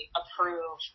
approve